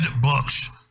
books